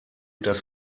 das